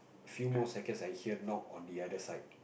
few more seconds I hear knock on the other side